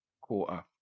quarter